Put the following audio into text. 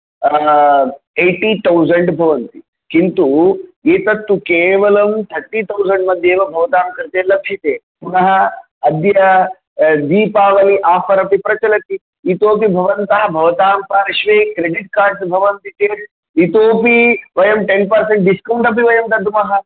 eighty thousand भवन्ति किन्तु एतत्तु केवलं थर्टि थौसेण्ड् मध्ये एव भवतां कृते लक्ष्यते पुनः अद्य दीपावली आफर् अपि प्रचलति इतोपि भवन्तः भवतां पार्श्वे क्रेडिट् कार्ड्स् भवन्ति चेत् इतोपि वयं टेन् पर्सेण्ट् डिस्कौण्ड् अपि वयं दद्मः